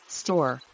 store